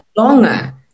Longer